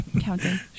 Counting